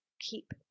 Keep